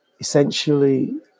Essentially